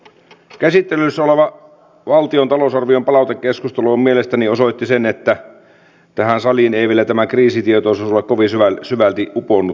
käsittelyssä olevan valtion talousarvion palautekeskustelu on mielestäni osoittanut sen että tähän saliin ei vielä tämä kriisitietoisuus ole kovin syvälti uponnut